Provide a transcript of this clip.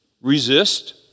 resist